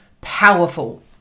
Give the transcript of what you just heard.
powerful